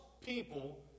people